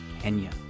Kenya